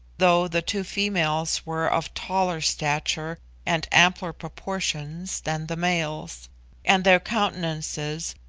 though the two females were of taller stature and ampler proportions than the males and their countenances,